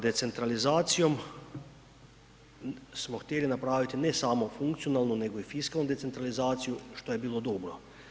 Decentralizacijom smo htjeli napraviti ne samo funkcionalnu nego i fiskalnu decentralizaciju, što je bilo dobro.